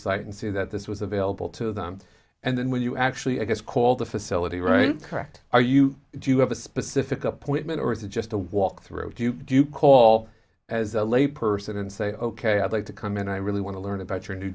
and see that this was available to them and then when you actually i guess call the facility right correct are you do you have a specific appointment or is it just a walk through do you do you call as a lay person and say ok i'd like to come in i really want to learn about your new